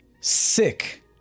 sick